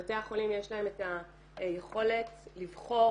לבתי החולים יש את היכולת לבחור,